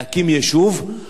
להקים יישוב.